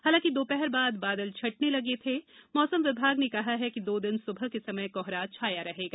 हालांकि दोपहर बाद बादल छटने लगे थे मौसम विभाग ने कहा है कि दो दिन सुबह के समय कोहरा छाया रहेगा